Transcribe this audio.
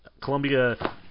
Columbia